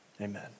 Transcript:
Amen